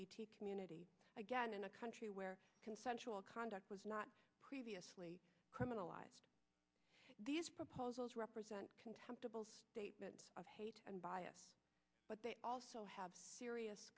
b community again in a country where consensual conduct was not previously criminalized these proposals represent contemptible statements of hate and bias but they also have serious